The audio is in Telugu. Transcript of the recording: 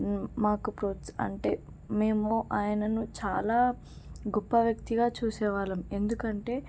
మాకు ప్రోత్స అంటే మేము ఆయనను చాలా గొప్ప వ్యక్తిగా చూసే వాళ్ళం ఎందుకంటే